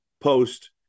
post